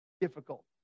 difficult